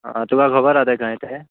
आं तुका खबर आहा तें कांय तें